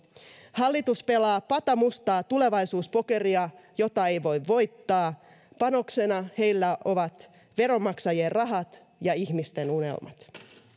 hallitus pelaa patamustaa tulevaisuuspokeria jota ei voi voittaa panoksena heillä ovat veronmaksajien rahat ja ihmisten unelmat